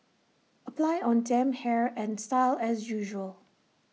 apply on damp hair and style as usual